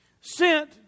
sent